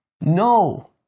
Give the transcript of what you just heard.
No